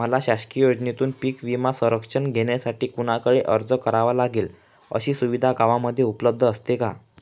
मला शासकीय योजनेतून पीक विमा संरक्षण घेण्यासाठी कुणाकडे अर्ज करावा लागेल? अशी सुविधा गावामध्ये उपलब्ध असते का?